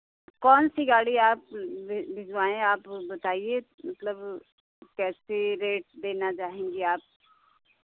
कौन सी गाड़ी आप भि भिजवाएँ आप बताइए मतलब कैसे रेट देना चाहेंगी आप